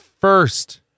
first